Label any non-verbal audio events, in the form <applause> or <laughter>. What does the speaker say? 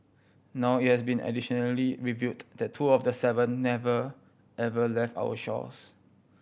now it has been additionally revealed that two of the seven never <unintelligible> left our shores